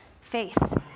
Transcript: faith